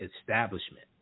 establishment